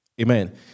Amen